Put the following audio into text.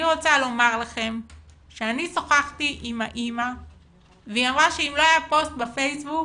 אני רוצה לומר לכם ששוחחתי עם האמא והיא אמרה שאם לא היה פוסט בפייסבוק